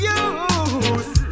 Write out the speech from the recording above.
use